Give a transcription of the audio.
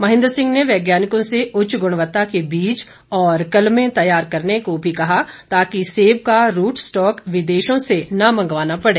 महेंद्र सिंह ने वैज्ञानिकों से उच्च गुणवत्ता के बीज और कलमें तैयार करने को भी कहा ताकि सेब का रूट स्टॉक विदेशों से न मंगवाना पड़े